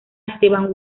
esteban